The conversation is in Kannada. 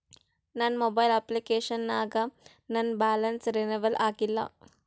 ನನ್ನ ಮೊಬೈಲ್ ಅಪ್ಲಿಕೇಶನ್ ನಾಗ ನನ್ ಬ್ಯಾಲೆನ್ಸ್ ರೀನೇವಲ್ ಆಗಿಲ್ಲ